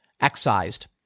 excised